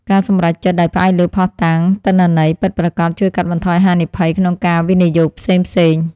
ការសម្រេចចិត្តដោយផ្អែកលើភស្តុតាងទិន្នន័យពិតប្រាកដជួយកាត់បន្ថយហានិភ័យក្នុងការវិនិយោគផ្សេងៗ។